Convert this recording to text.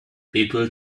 people